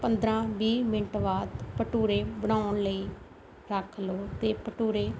ਪੰਦਰਾਂ ਵੀਹ ਮਿੰਟ ਬਾਅਦ ਭਟੂਰੇ ਬਣਾਉਣ ਲਈ ਰੱਖ ਲਓ ਅਤੇ ਭਟੂਰੇ